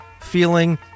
feeling